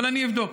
אבל אני אבדוק.